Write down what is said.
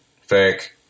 Fake